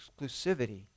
exclusivity